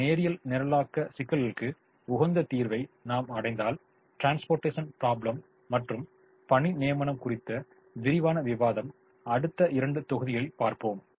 இந்த நேரியல் நிரலாக்க சிக்கல்களுக்கு உகந்த தீர்வை நாம் அடைந்தால் ட்ரான்ஸ்போர்ட்டேஷன் ப்ரொப்லெம் மற்றும் பணி நியமனம் குறித்த விரிவான விவாதம் அடுத்த இரண்டு தொகுதிகளில் பார்ப்போம்